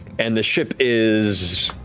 and the ship is.